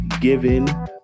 given